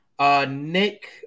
Nick